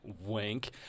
wink